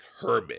Herbig